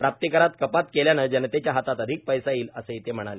प्राप्तिकरात कपात केल्यानं जनतेच्या हातात अधिक पैसा येईल असं ते म्हणाले